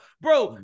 Bro